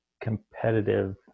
competitive